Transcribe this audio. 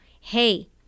hey